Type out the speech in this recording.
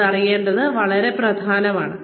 ഇത് അറിയേണ്ടത് വളരെ പ്രധാനമാണ്